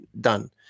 done